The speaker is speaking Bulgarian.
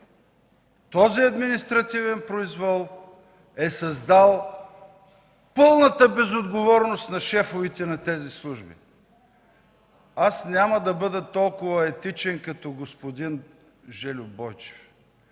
сигурността на държавата, е създал пълната безотговорност на шефовете на тези служби. Аз няма да бъда толкова етичен като господин Жельо Бойчев,